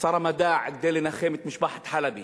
המדע כדי לנחם את משפחת חלבי